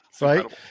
Right